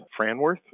Franworth